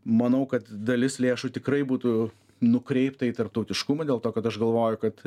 manau kad dalis lėšų tikrai būtų nukreipta į tarptautiškumą dėl to kad aš galvoju kad